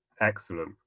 Excellent